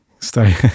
Stay